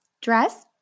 Dress